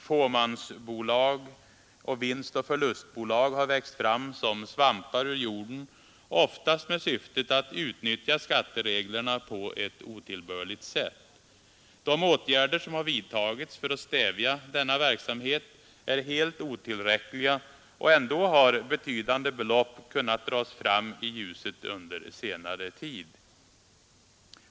Fåmansbolag och vinstoch förlustbolag har växt fram som svampar ur jorden, oftast med syftet att utnyttja skattereglerna på ett otillbörligt sätt. De åtgärder som vidtagits för att stävja denna verksamhet är helt otillräckliga, och ändå har betydande belopp kunnat dras fram i ljuset under senare tid.